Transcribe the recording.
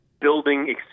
building